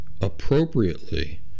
appropriately